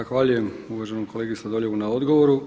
Zahvaljujem uvaženom kolegi Sladoljevu na odgovoru.